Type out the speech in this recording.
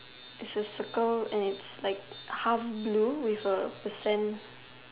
is a circle and it's like half blue with a percent